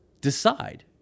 decide